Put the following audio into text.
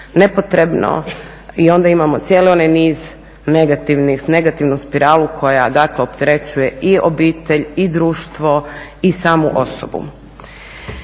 nepotrebno i onda imamo cijeli onaj niz negativnih, negativnu spiralu koja dakle opterećuje i obitelj i društvo i samu osobu.